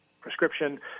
prescription